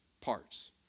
parts